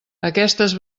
aquestes